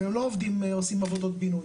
לא עובדים עושים עבודות בינוי,